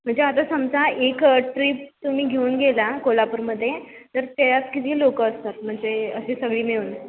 म्हणजे आता समजा एक ट्रीप तुम्ही घेऊन गेला कोल्हापूरमध्ये तर त्याच्यात किती लोक असतात म्हणजे अशी सगळी मिळून